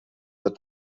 der